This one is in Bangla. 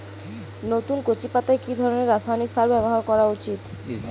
নতুন কচি পাতায় কি ধরণের রাসায়নিক সার ব্যবহার করা উচিৎ?